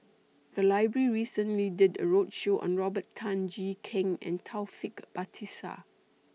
The Library recently did A roadshow on Robert Tan Jee Keng and Taufik Batisah